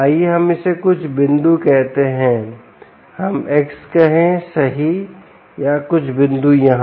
आइए हम इसे कुछ बिंदु कहते हैं हम x कहें सही या कुछ बिंदु यहाँ